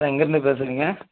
sir எங்கேருந்து பேசுகிறீங்க